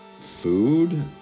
food